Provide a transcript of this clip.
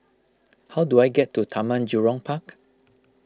how do I get to Taman Jurong Park